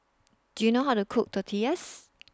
Do YOU know How to Cook Tortillas